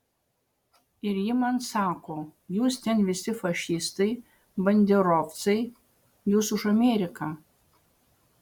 ir ji man sako jūs ten visi fašistai banderovcai jūs už ameriką